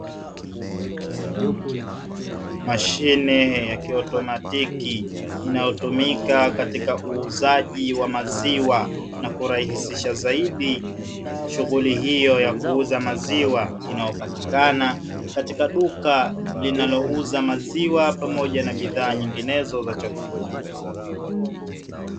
Mashine ya kiautomatiki inayotumika katika uuzaji wa maziwa na kurahisisha zaidi shughuli hiyo ya kuuza maziwa, inayopatikana katika duka linalouza maziwa pamoja na bidhaa nyinginezo za chakula